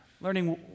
learning